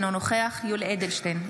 אינו נוכח יולי יואל אדלשטיין,